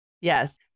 Yes